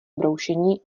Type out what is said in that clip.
broušení